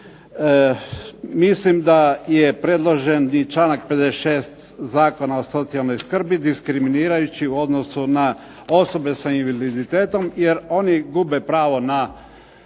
mislim da je predloženi članak 56. Zakona o socijalnoj skrbi diskriminirajući u odnosu na osobe sa invaliditetom jer oni gube pravo na